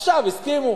עכשיו הסכימו